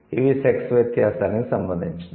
ఇవి సెక్స్ వ్యత్యాసానికి సంబంధించినవి